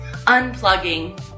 unplugging